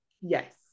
Yes